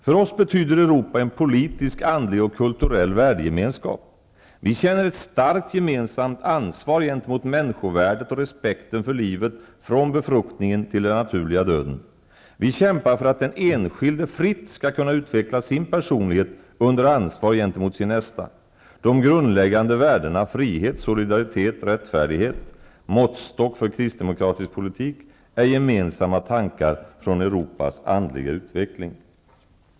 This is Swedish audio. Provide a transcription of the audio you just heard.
För oss betyder Europa en politisk, andlig och kulturell värdegemenskap. Vi känner ett starkt gemensamt ansvar gentemot människovärdet och respekten för livet från befruktningen till den naturliga döden. Vi kämpar för att den enskilde fritt skall kunna utveckla sin personlighet under ansvar gentemot sin nästa. De grundläggande värdena frihet, solidaritet och rättfärdighet -- måttstock på kristdemokratisk politik -- är gemensamma tankar från Europas andliga utveckling.''